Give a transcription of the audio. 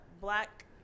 black